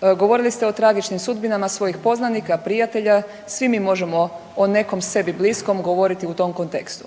Govorili ste o tragičnim sudbinama svojih poznanika i prijatelja, svi mi možemo o nekom sebi bliskom govoriti u tom kontekstu.